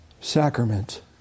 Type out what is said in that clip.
sacrament